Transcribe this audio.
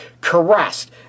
caressed